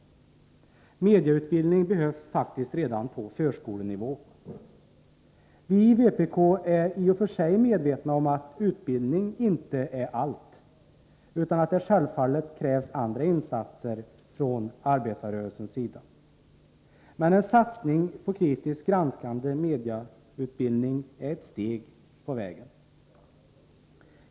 Mediautbildning behövs faktiskt redan på förskolenivå. Vi i vpk är i och för sig medvetna om att utbildning inte är allt, utan att det självfallet krävs andra insatser från arbetarrörelsens sida. Men en satsning på kritiskt granskande mediautbildning är ett steg på vägen.